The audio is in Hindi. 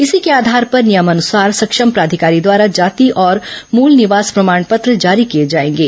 इसी के आधार पर नियमानुसार सक्षम प्राधिकारी द्वारा जाति और मूल निवास प्रमाण पत्र जारी किए जाएंगे